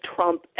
Trump